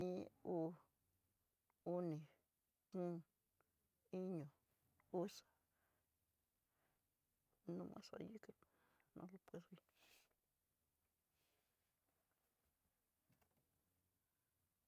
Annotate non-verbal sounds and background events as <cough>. Iin, uu, oni, ko'o, iño, uxa, nomas ahi no le puedo bien. <noise>